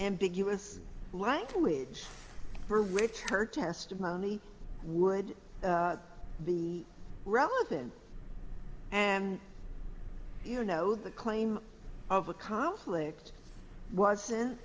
ambiguous language for richard her testimony would be relevant and you know the claim of a conflict wasn't